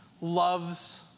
loves